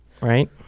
right